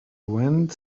went